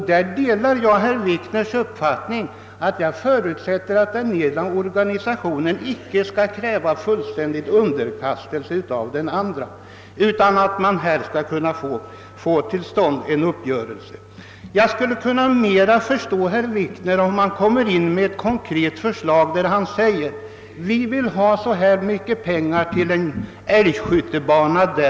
Jag delar herr Wikners uppfattning att den ena organisationen inte skall kräva fullständig underkastelse av den andra, och jag förutsätter att det skall gå att få till stånd en uppgörelse. Jag skulle bättre förstå herr Wikner, om han framställde ett konkret förslag om ett visst belopp exempelvis till en älgskyttebana.